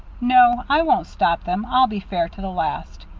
no, i won't stop them. i'll be fair to the last.